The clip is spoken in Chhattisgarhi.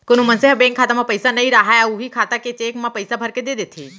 कोनो मनसे ह बेंक खाता म पइसा नइ राहय अउ उहीं खाता के चेक म पइसा भरके दे देथे